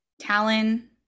talon